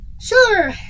Sure